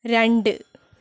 രണ്ട്